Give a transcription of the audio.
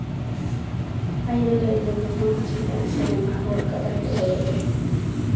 ꯑꯩꯅ ꯂꯩꯔꯤꯕ ꯃꯐꯝ ꯑꯁꯤꯗ ꯁꯦꯅꯦꯃꯥ ꯍꯣꯜ ꯀꯗꯥꯏꯗ ꯂꯩꯕꯒꯦ